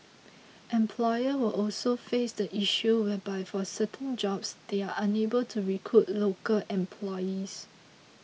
employers will also face the issue whereby for certain jobs they are unable to recruit local employees